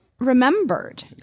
Remembered